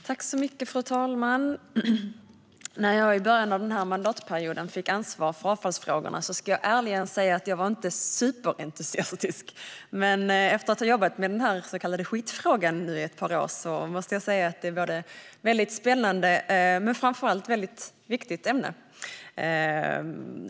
Fru talman! När jag i början av denna mandatperiod fick ansvar för avfallsfrågorna ska jag ärligen säga att jag inte var superentusiastisk. Men efter att ha jobbat med den här så kallade skitfrågan i ett par år måste jag säga att det är både är ett väldigt spännande och framför allt ett väldigt viktigt ämne.